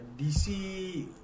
DC